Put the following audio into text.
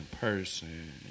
person